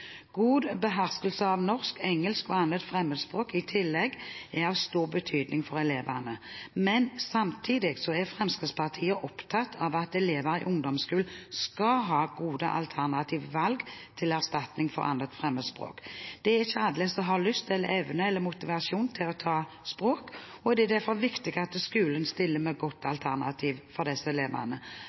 God beherskelse av norsk, engelsk og et 2. fremmedspråk i tillegg er av stor betydning for elevene, men samtidig er Fremskrittspartiet opptatt av at elever i ungdomsskolen skal ha gode alternative valg til erstatning for 2. fremmedspråk. Det er ikke alle som har lyst, evner eller motivasjon til å ta språk, og det er derfor viktig at skolen stiller med et godt alternativ for disse elevene.